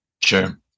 Sure